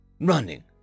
running